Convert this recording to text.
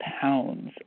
pounds